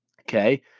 Okay